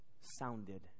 sounded